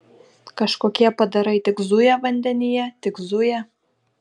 kažkokie padarai tik zuja vandenyje tik zuja